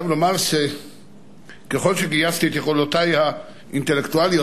אני חייב לומר שככל שגייסתי את יכולותי האינטלקטואליות,